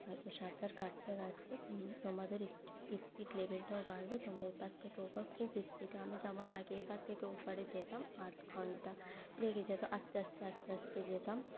আচ্ছা সাঁতার কাটতে কাটতে তোম তোমাদের স্পিড লেভেলটাও বাড়বে তোমরা এপার থেকে ওপার খুব স্পিডে আমি যেমন আগে এপার থেকে ওপারে যেতাম আধ ঘণ্টা লেগে যেত আস্তে আস্তে আস্তে আস্তে যেতাম